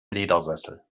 ledersessel